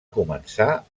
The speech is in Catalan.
començar